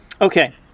Okay